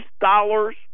dollars